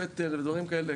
פטל ודברים כאלה.